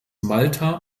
malta